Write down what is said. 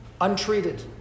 untreated